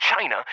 China